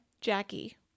jackie